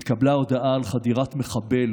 התקבלה הודעה על חדירת מחבל